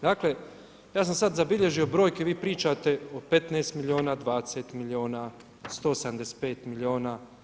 Dakle, ja sam sad zabilježio brojke, vi pričate o 15 milijuna, 20 milijuna, 175 milijuna.